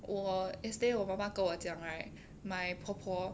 我 yesterday 我爸爸跟我讲 right my 婆婆